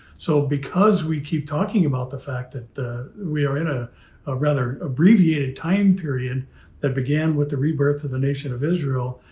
so because we keep talking about the fact that we are in a rather abbreviated time period that began with the rebirth of the nation of israel.